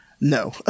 no